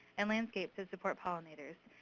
and landscape to support pollinators.